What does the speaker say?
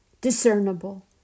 discernible